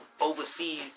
oversee